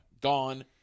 Gone